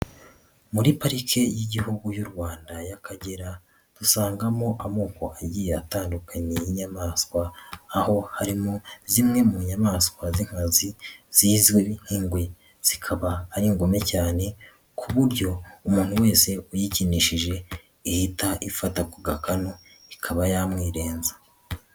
Muri parike y'igihugu y'u Rwanda y'Akagera dusangamo amoko agiye atandukanye y'inyamaswa. Aho harimo zimwe mu nyamaswa z'inkazi zizwi nk'ingwe. Zikaba ari ingome cyane ku buryo umuntu wese uyikinishije ihita ifata ku gakanu, ikaba yamwirenza.